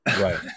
Right